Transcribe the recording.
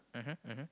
mmhmm mmhmm